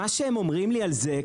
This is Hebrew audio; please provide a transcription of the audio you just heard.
מה שהם אומרים לי על זה,